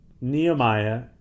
nehemiah